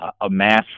Amass